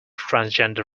transgender